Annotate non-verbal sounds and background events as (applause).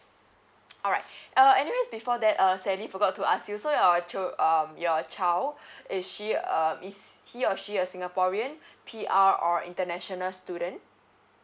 (noise) alright uh anyways before that uh sally forgot to ask you so your uh chi~ um your child is she uh is he or she a singaporean P_R or international student